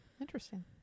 interesting